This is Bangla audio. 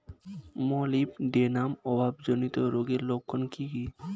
মলিবডেনাম অভাবজনিত রোগের লক্ষণ কি কি?